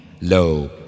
Lo